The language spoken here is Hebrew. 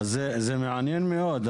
זה מעניין מאוד.